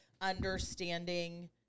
understanding